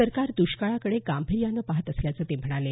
सरकार दष्काळाकडे गांभीर्यानं पाहत असल्याचं ते म्हणाले